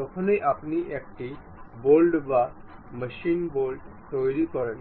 যখনই আপনি একটি বোল্ট বা মেশিন বোল্ট তৈরি করেন